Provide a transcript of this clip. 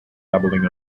doubling